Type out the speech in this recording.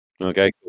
Okay